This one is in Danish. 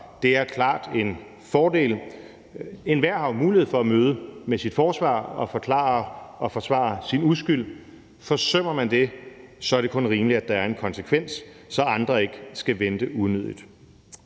op, er klart en fordel. Enhver har jo mulighed for at møde med sit forsvar og forklare og forsvare sin uskyld; forsømmer man det, er det kun rimeligt, at der er en konsekvens, så andre ikke skal vente unødigt.